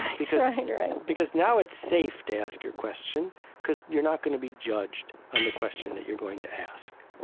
because because now it's safe to ask your question because you're not going to be judged on the question that you're going to ask.